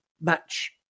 match